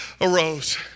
arose